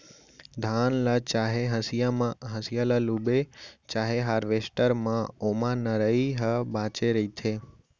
धान ल चाहे हसिया ल लूबे चाहे हारवेस्टर म ओमा नरई ह बाचे रहिथे